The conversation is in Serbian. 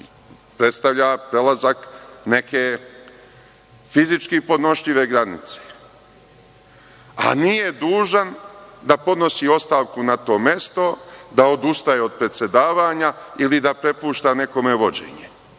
predstavlja prelazak neke fizički podnošljive granice, a nije dužan da podnosi ostavku na to mesto, da odustaje od predsedavanja ili da prepušta nekome vođenje.